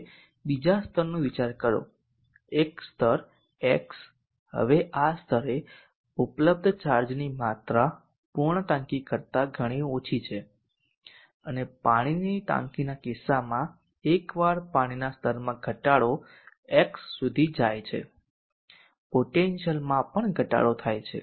હવે બીજા સ્તરનો વિચાર કરો એક સ્તર x હવે આ સ્તરે ઉપલબ્ધ ચાર્જની માત્રા પૂર્ણ ટાંકી કરતા ઘણી ઓછી છે અને પાણીની ટાંકીના કિસ્સામાં એકવાર પાણીના સ્તરમાં ઘટાડો x સુધી થઈ જાય છે પોટેન્શિયલ માં પણ ઘટાડો થાય છે